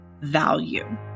value